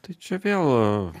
tai čia vėl